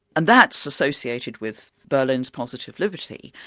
and that's associated with berlin's positive liberty.